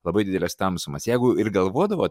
labai dideles tamsumas jeigu ir galvodavo